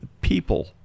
people